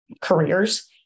careers